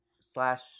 slash